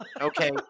Okay